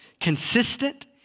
consistent